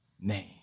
name